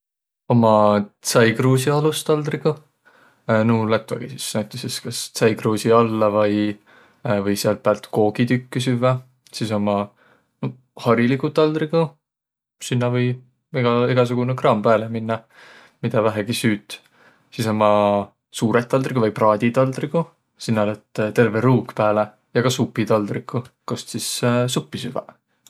Ummaq tsäikruusi alustaldriguq, nuuq lätvägiq sis näütüses kas tsäikruusi alla vai või säält päält koogitükkü süvväq. Sis ummaq hariliguq taldriguq, sinnäq või egäsugunõ kraam pääle minnäq, midä vähegi süüt. Sis ummaq suurõq taldriguq vai praaditaldriguq, sinnäq lätt terveq ruug pääle. Ja ka supitaldriguq, kost sis suppi süvväq.